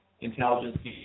intelligence